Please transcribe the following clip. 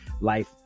life